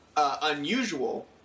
Unusual